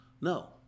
No